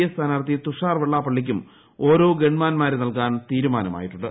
A സ്ഥാനാർത്ഥി തുഷാർ വെള്ളാപ്പള്ളിക്കും ഓരോ ഗൺമാന്മാരെ നൽകാൻ തീരുമാനമായിട്ടുണ്ട്